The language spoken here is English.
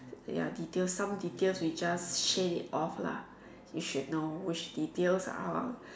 ya detail some detail we just shade it off lah you should know which detail ah